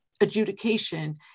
adjudication